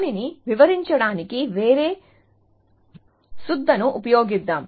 దానిని వివరించడానికి వేరే సుద్దను ఉపయోగిద్దాం